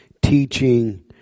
teaching